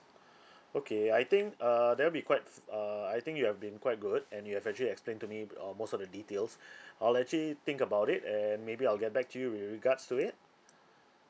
okay I think err that'll be quite err I think you have been quite good and you have actually explained to me uh most of the details I'll actually think about it and maybe I'll get back to you with regards to it